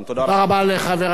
תודה רבה לחבר הכנסת מולה.